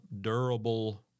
durable